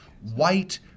white